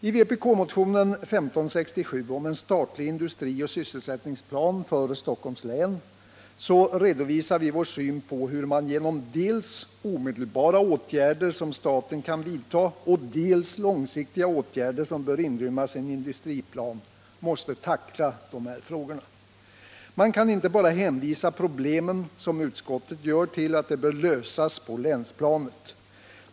I vpk-motionen 1567 om en statlig industrioch sysselsättningsplan för Stockholms län redovisar vi vår syn på hur man genom dels omedelbara åtgärder som staten kan vidta, dels långsiktiga åtgärder som bör inrymmas i en industriplan måste tackla de här frågorna. Man kan inte bara säga, som utskottet gör, att problemen bör lösas på länsplanet.